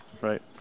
right